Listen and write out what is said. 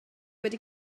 wedi